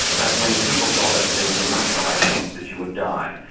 but when people got it there was a much higher chance that you would die,